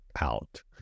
out